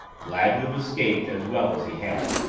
glad to have escaped as well as he had.